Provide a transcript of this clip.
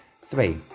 Three